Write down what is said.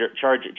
charge